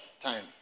time